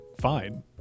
fine